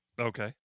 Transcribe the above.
Okay